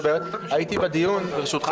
בדיון.